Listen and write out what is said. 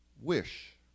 wish